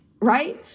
right